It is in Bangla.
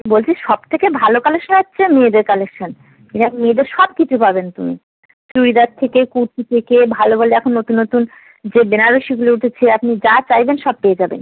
বলছি সবথেকে ভালো কালেকশন এসেছে মেয়েদের কালেকশন যেমন মেয়েদের সবকিছুই পাবেন তুমি চুড়িদার থেকে কুর্তি থেকে ভালো ভালো এখন নতুন নতুন যে বেনারসীগুলো উঠেছে আপনি যা চাইবেন সব পেয়ে যাবেন